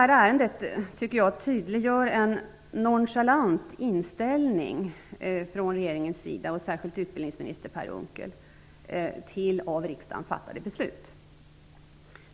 Hela ärendet tydliggör en nonchalant inställning från regeringens, och särskilt utbildningsminister Per Unckels sida till av riksdagen fattade beslut.